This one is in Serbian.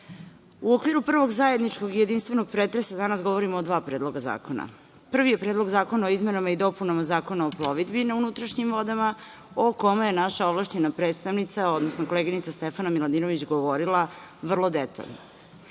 u okviru prvog zajedničkog jedinstvenog pretresa danas govorimo o dva predloga zakona. Prvi je Predlog zakona o izmenama i dopunama Zakona o plovidbi na unutrašnjim vodama, o kome je naša ovlašćena predstavnica, odnosno koleginica Stefana Miladinović, govorila vrlo detaljno.